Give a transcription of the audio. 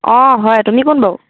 অঁ হয় তুমি কোন বাৰু